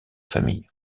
famille